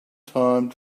time